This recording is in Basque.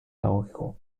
dagokigu